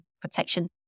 protection